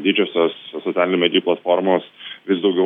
didžiosios socialinių medijų platformos vis daugiau